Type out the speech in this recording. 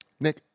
Nick